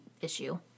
issue